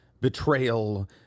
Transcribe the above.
betrayal